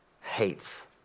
hates